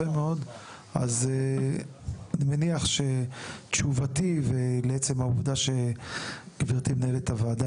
אז אני מניח שתשובתי ולעצם העובדה שגברתי מנהלת הוועדה